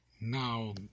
now